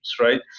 right